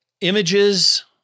images